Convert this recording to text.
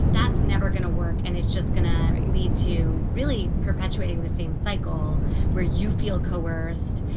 that's never going to work. and it's just gonna lead to really perpetuating the same cycle where you feel coerced.